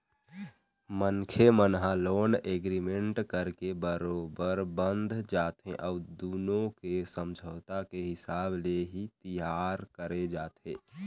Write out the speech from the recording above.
मनखे मन ह लोन एग्रीमेंट करके बरोबर बंध जाथे अउ दुनो के समझौता के हिसाब ले ही तियार करे जाथे